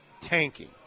tanking